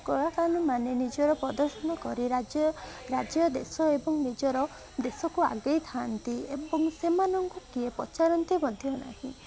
କଳାକାରମାନେ ନିଜର ପ୍ରଦର୍ଶନ କରି ରାଜ୍ୟ ରାଜ୍ୟ ଦେଶ ଏବଂ ନିଜର ଦେଶକୁ ଆଗେଇଥାନ୍ତି ଏବଂ ସେମାନଙ୍କୁ କିଏ ପଚାରନ୍ତି ମଧ୍ୟ ନାହିଁ